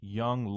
young